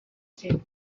zen